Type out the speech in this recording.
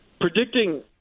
Predicting